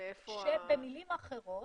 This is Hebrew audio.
במילים אחרות,